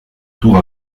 tours